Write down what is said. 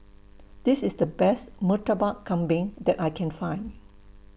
This IS The Best Murtabak Kambing that I Can Find